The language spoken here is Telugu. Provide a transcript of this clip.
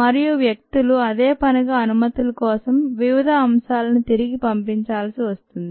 మరియు వ్యక్తులు అదే పనిగా అనుమతుల కోసం వివిధ అంశాలని తిరిగి చూపించాల్సి వస్తుంది